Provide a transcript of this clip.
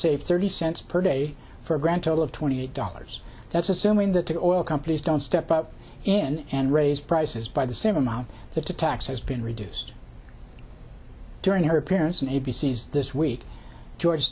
save thirty cents per day for a grand total of twenty eight dollars that's assuming that the oil companies don't step up and raise prices by the same amount the tax has been reduced during her parents and a b c s this week george